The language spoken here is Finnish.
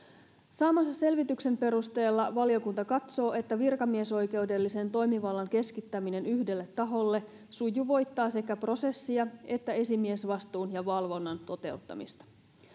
saamansa selvityksen perusteella valiokunta katsoo että virkamiesoikeudellisen toimivallan keskittäminen yhdelle taholle sujuvoittaa sekä prosessia että esimiesvastuun ja valvonnan toteuttamista